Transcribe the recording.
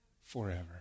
Forever